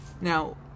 now